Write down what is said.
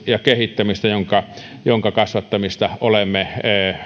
ja kehittämistä joiden kasvattamista olemme